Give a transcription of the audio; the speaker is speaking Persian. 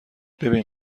ببین